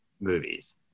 movies